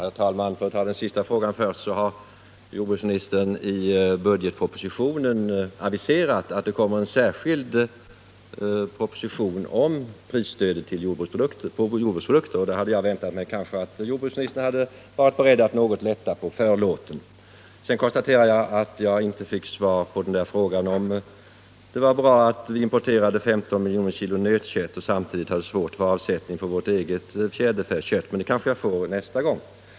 Herr talman! För att ta den sista frågan först vill jag säga att jordbruksministern i budgetpropositionen har aviserat att det kommer en särskild proposition om prisstödet på jordbruksprodukter. Därför hade jag kanske väntat mig att jordbruksministern skulle vara beredd att något lätta på förlåten. Vidare konstaterar jag att jag inte fick svar på frågan om det är bra tionens villkor tionens villkor att vi importerar 15 miljoner kilo nötkött samtidigt som vi har svårt att få avsättning för vårt eget fjäderfäkött. Men det kanske jag får svar på nästa gång.